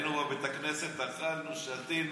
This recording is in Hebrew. היינו בבית הכנסת אכלנו, שתינו,